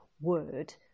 word